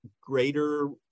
greater